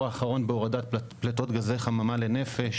האחרון בהורדת פליטות גזי חממה לנפש.